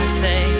say